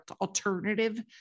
alternative